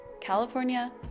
california